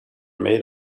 made